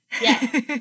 Yes